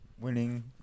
Winning